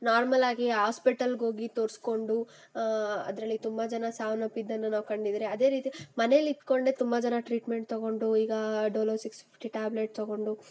ನಾರ್ಮಲ್ಲಾಗಿ ಹಾಸ್ಪಿಟಲ್ಗೆ ಹೋಗಿ ತೋರಿಸ್ಕೊಂಡು ಅದರಲ್ಲಿ ತುಂಬ ಜನ ಸಾವನಪ್ಪಿದನ್ನು ನಾವು ಕಂಡಿದ್ದೇನೆ ಅದೇ ರೀತಿ ಮನೇಲಿದ್ದುಕೊಂಡೇ ತುಂಬ ಜನ ಟ್ರೀಟ್ಮೆಂಟ್ ತಗೊಂಡು ಈಗ ಡೊಲೊ ಸಿಕ್ಸ್ ಫಿಫ್ಟಿ ಟ್ಯಾಬ್ಲೆಟ್ ತಗೊಂಡು